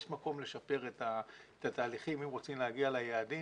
יש מקום לשפר את התהליכים אם רוצים להגיע ליעדים